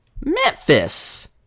Memphis